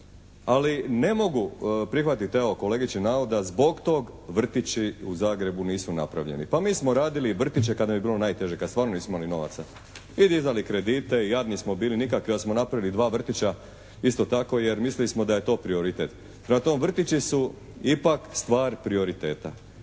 se ne razumije./… da zbog toga vrtići u Zagrebu nisu napravljeni. Pa mi smo radili vrtiće kad nam je bilo najteže, kad stvarno nismo imali novaca. I dizali kredite, i jadni smo bili, nikakvi ali smo napravili dva vrtića isto tako jer mislili smo da je to prioritet. Prema tome, vrtići su ipak stvar prioriteta.